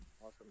awesome